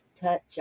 touch